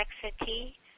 complexity